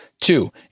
Two